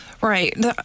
Right